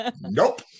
Nope